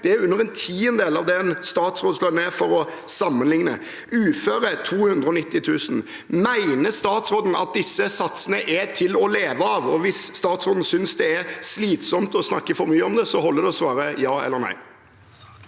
det er under en tiendedel av en statsrådslønn, for å sammenligne. Uføre får 290 000 kr. Mener statsråden at disse satsene er til å leve av? Og hvis statsråden synes det er slitsomt å snakke for mye om det, holder det å svare ja eller nei.